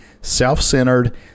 self-centered